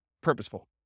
purposeful